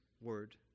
word